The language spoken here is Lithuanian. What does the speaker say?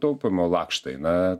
taupymo lakštai na